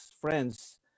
friends